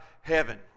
heaven